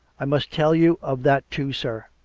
i must tell you of that too, sir,